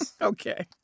Okay